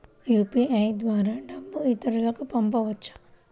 UPI ద్వారా డబ్బు ఇతరులకు పంపవచ్చ?